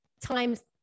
times